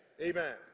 Amen